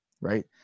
right